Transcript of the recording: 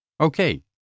Okay